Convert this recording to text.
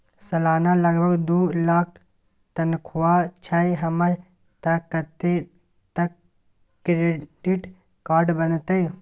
सलाना लगभग दू लाख तनख्वाह छै हमर त कत्ते तक के क्रेडिट कार्ड बनतै?